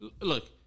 look